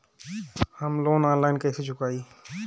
हम loan online कइसे चुकाई?